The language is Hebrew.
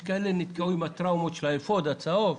יש כאלה שנתקעו עם הטראומה של האפוד הצהוב,